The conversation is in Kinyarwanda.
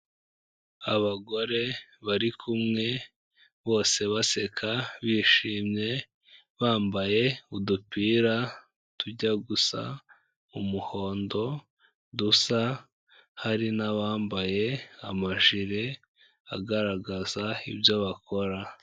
Abagore bari kumwe bose baseka bishimye, bambaye udupira tujya gusa umuhondo, dusa. Hari n'abambaye amajire, agaragaza ibyo bakora.